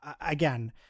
Again